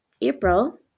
April